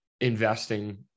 investing